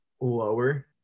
lower